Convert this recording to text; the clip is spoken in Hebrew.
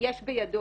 חובות